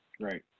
Right